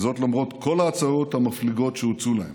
וזאת למרות כל ההצעות המפליגות שהוצעו להם,